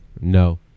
No